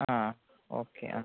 ആ ഓക്കെ ആ